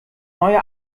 neue